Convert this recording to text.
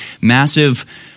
massive